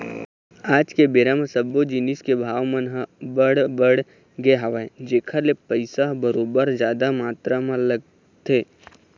आज के बेरा म सब्बो जिनिस के भाव मन ह बड़ बढ़ गे हवय जेखर ले पइसा ह बरोबर जादा मातरा म लगथे